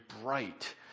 bright